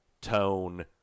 tone